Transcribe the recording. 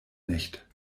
nicht